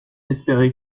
espérer